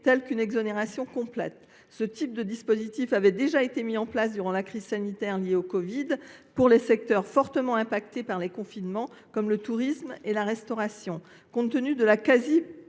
telles qu’une exonération complète. Ce type de dispositif avait déjà été mis en place durant la crise sanitaire liée à la covid 19 pour les secteurs fortement touchés par les confinements, comme le tourisme et la restauration. Compte tenu de la quasi paralysie